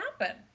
happen